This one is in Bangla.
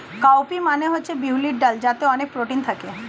কাউ পি মানে হচ্ছে বিউলির ডাল যাতে অনেক প্রোটিন থাকে